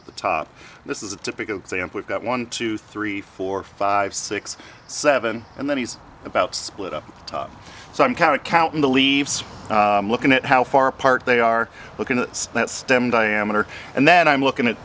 at the top this is a typical example of that one two three four five six seven and then he's about split up so i'm kind of counting the leaves looking at how far apart they are looking at that stem diameter and then i'm looking at